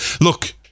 look